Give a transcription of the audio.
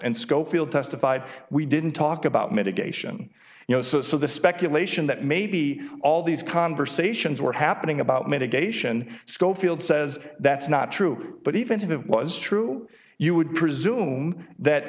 and schofield testified we didn't talk about mitigation you know so so the speculation that maybe all these conversations were happening about mitigation schofield says that's not true but even if it was true you would presume that